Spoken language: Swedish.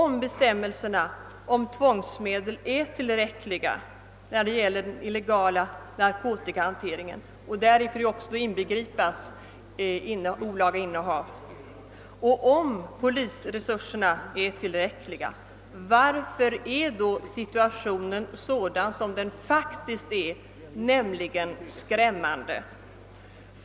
Om bestämmelserna om tvångsmedel är tillräckliga när det gäller den illegala narkotikahanteringen — däri inbegripes också olaga innehav av narkotika — och om polisresurserna är tillräckliga, varför är då situationen sådan som den faktiskt är — skrämmande?